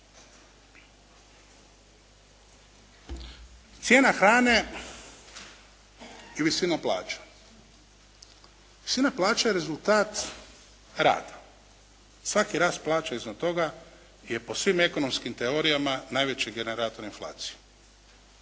Cijena hrane i visina plaća. Visina plaća je rezultat rada. Svaki rast plaće iznad toga je po svim ekonomskim teorijama najveći generator inflacije.